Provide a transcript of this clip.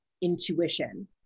intuition